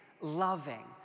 loving